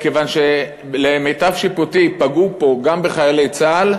כיוון שלמיטב שיפוטי פגעו פה גם בחיילי צה"ל,